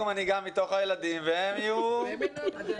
או מנהיגה מתוך הילדים והם יהיו הגננות.